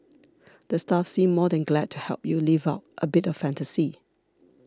the staff seem more than glad to help you live out a bit of fantasy